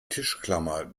tischklammer